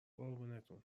قربونتون